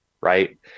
right